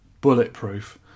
bulletproof